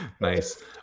Nice